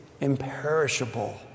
imperishable